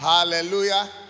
Hallelujah